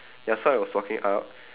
ya so I was walking up